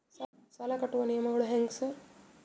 ಸಾಲ ಕಟ್ಟುವ ನಿಯಮಗಳು ಹ್ಯಾಂಗ್ ಸಾರ್?